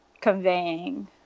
conveying